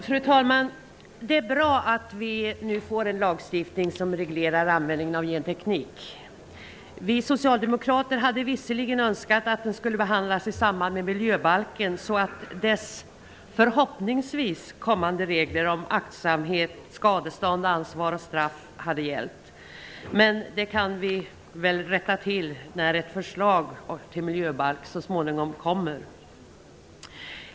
Fru talman! Det är bra att vi nu får en lag som reglerar användningen av genteknik. Vi socialdemokrater hade visserligen önskat att den skulle behandlas i samband med miljöbalken så att dess förhoppningsvis kommande regler om aktsamhet, skadestånd, ansvar och straff hade gällt, men den debatten får vi föra när ett förslag till miljöbalk så småningom kommer.